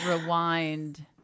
rewind